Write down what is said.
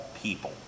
people